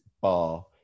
bar